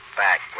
back